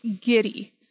giddy